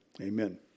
Amen